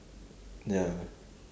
ya